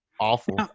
awful